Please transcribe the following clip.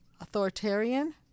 authoritarian